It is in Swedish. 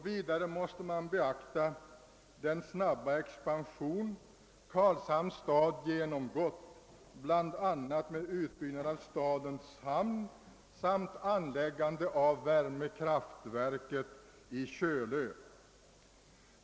Vidare måste man beakta den snabba expan sion som Karlshamns stad har genomgått, bl.a. genom utbyggnaden av stadens hamn samt anläggandet av värmekraftverket i Kölö.